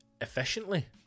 efficiently